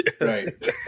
Right